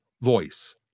voice